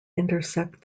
intersect